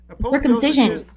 Circumcision